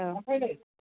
औ ओमफ्राय नै